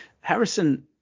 Harrison